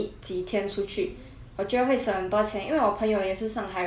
我觉得会省很多钱因为我朋友也是上海人 mah 我住他的家可以